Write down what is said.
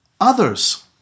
others